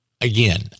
Again